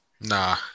Nah